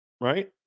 right